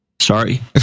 Sorry